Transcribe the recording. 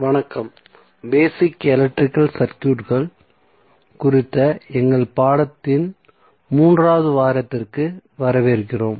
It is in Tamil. வணக்கம் பேசிக் எலக்ட்ரிகல் சர்க்யூட்கள் குறித்த எங்கள் பாடத்தின் 3 வது வாரத்திற்கு வரவேற்கிறோம்